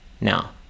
Now